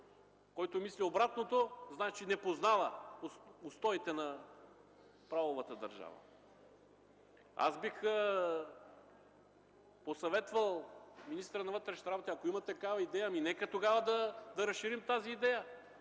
който мисли обратното, значи не познава устоите на правовата държава. Аз бих посъветвал министъра на вътрешните работи – ако има такава идея, нека тогава да я разширим. Нека